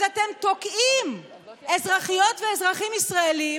אז אתם תוקעים אזרחיות ואזרחים ישראלים